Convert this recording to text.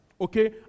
okay